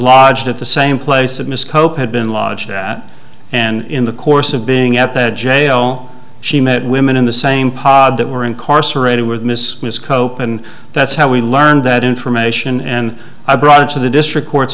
lodged at the same place that miss cope had been lodged at and in the course of being at that jail she met women in the same pod that were incarcerated with miss miss cope and that's how we learned that information and i brought it to the district court